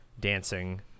dancing